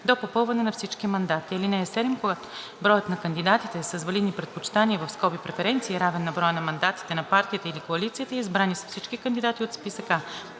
до попълване на всички мандати. (7) Когато броят на кандидатите с валидни предпочитания (преференции) е равен на броя на мандатите на партията или коалицията, избрани са всички кандидати от списък